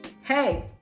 Hey